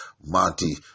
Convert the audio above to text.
Monty